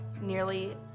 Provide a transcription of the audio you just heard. nearly